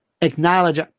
acknowledge